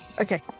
Okay